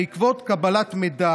בעקבות קבלת מידע